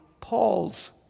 Paul's